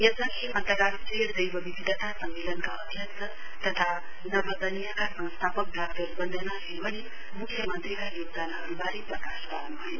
यसअघि अन्तर्राष्ट्रिय जैवविविधता सम्मेलनका अध्यक्ष तथा नभदन्यका संस्थापक डाक्टर वन्दना शिवले म्ख्य मन्त्रीका योगदानहरूवारे प्रकाश पार्न् भयो